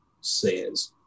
says